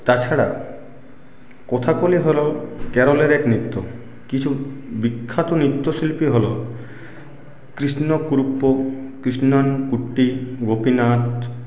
তা ছাড়া কথাকলি হল কেরলের এক নৃত্য কিছু বিখ্যাত নৃত্যশিল্পী হল কৃষ্ণ কুলপো কৃষ্ণণ কুট্টি গোপীনাথ